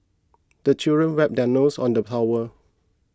the children wipe their noses on the towel